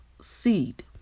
seed